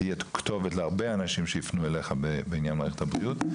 אתה תהיה ממילא כתובת להרבה אנשים שיפנו אליך בעניין מערכת הבריאות.